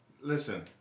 Listen